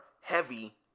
heavy